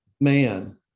man